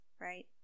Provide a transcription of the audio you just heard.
right